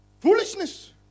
Foolishness